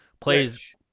plays